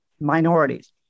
minorities